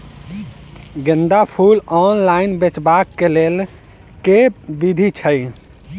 गेंदा फूल ऑनलाइन बेचबाक केँ लेल केँ विधि छैय?